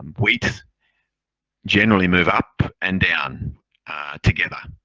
wheat generally move up and down together.